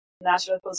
national